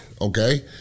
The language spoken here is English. okay